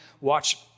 watch